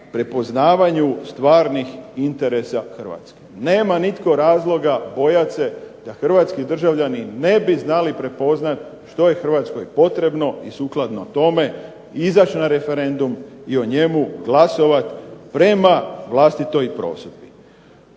prepoznavanju stvarnih interesa Hrvatske. Nema nitko razloga bojati se da hrvatski državljani ne bi znali prepoznati što je Hrvatskoj potrebno i sukladno tome izaći na referendum i o njemu glasovati prema vlastitoj prosudbi.